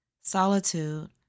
Solitude